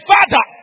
Father